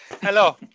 Hello